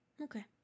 Okay